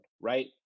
right